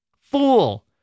Fool